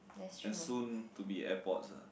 and soon to be air pods ah